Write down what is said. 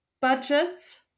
budgets